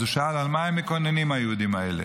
אז הוא שאל: על מה הם מקוננים, היהודים האלה?